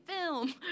film